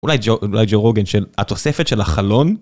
אולי ג'ורוגן של התוספת של החלון?